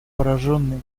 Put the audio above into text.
пораженный